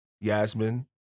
Yasmin